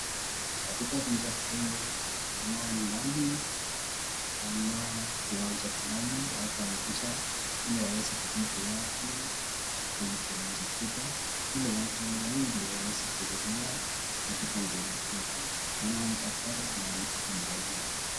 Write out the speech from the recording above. Katika picha hii naona ni mahali kama kiwanja fulani watu wamekuja ili waweze kutibu watu kwenye kiwanja kubwa ili watu wengi waweze kuhuduria katika huduma hii, naona daktari anayemtibu mgonjwa.